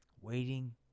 waiting